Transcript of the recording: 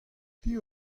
piv